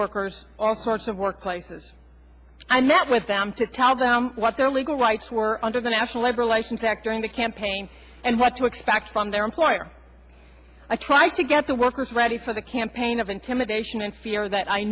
workers all sorts of workplaces i met with them to tell them what their legal rights were under the national labor relations act during the campaign and what to expect from their employer i tried to get the workers ready for the campaign of intimidation and fear that i